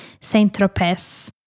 Saint-Tropez